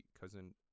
cousin